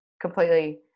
completely